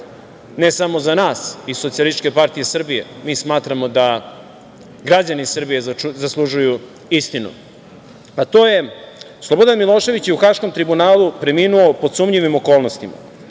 ne samo za nas iz Socijalističke partije Srbije, mi smatramo da građani Srbije zaslužuju istinu, a to je Slobodan Milošević je u Haškom Tribunalu preminuo pod sumnjivim okolnostima,